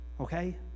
Okay